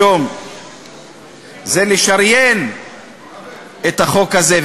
היום זה לשריין את החוק הזה.